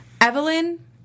Evelyn